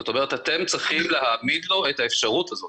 זאת אומרת, אתם צריכים להעמיד לו את האפשרות הזאת.